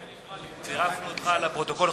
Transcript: צירפנו אותך לפרוטוקול,